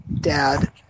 dad